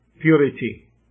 purity